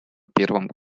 первом